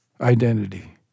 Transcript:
identity